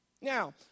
Now